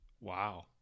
wow